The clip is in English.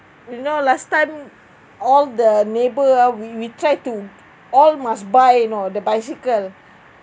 you know last time all the neighbour ah we we tried to all must buy you know the bicycle